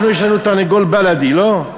אנחנו יש לנו תרנגול בלאדי, לא?